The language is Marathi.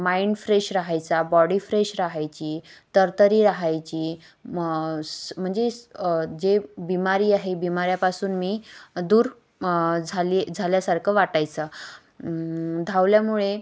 माइंड फ्रेश राहायचा बॉडी फ्रेश राहायची तरतरी राहायची म म्हणजे जे बिमारी आहे बिमाऱ्यापासून मी दूर झाली झाल्यासारखं वाटायचं धावल्यामुळे